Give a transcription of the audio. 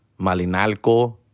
Malinalco